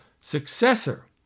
successor